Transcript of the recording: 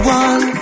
one